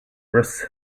russ